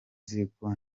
ziko